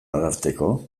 ararteko